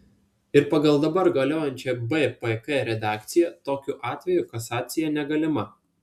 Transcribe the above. ir pagal dabar galiojančią bpk redakciją tokiu atveju kasacija negalima